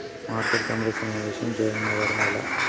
Market committee సమావేశంలో join అవ్వడం ఎలా?